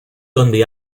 donde